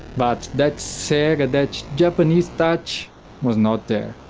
but that sega, that japanese touch was not there.